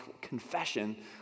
confession